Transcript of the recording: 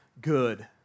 good